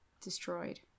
destroyed